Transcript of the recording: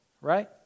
right